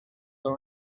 con